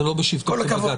זה לא בשבתו כבג"ץ.